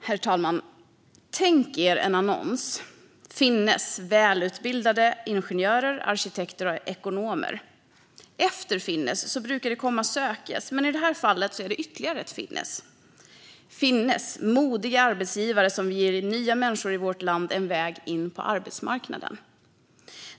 Herr talman! Finnes: välutbildade ingenjörer, arkitekter och ekonomer. Efter "Finnes" brukar "Sökes" komma, men i det här fallet är det ytterligare ett "Finnes". Finnes: modiga arbetsgivare som ger nya människor i vårt land en väg in på arbetsmarknaden.